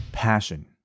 passion